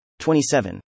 27